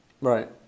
Right